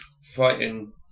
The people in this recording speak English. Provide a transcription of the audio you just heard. fighting